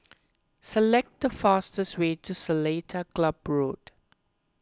select the fastest way to Seletar Club Road